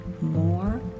more